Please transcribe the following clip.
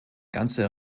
ganze